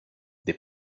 des